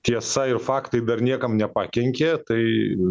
tiesa ir faktai dar niekam nepakenkė tai